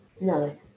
No